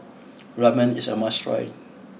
Ramen is a must try